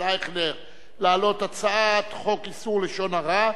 אייכלר להעלות הצעת חוק איסור לשון הרע,